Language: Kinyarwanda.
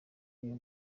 y’u